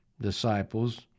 disciples